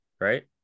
right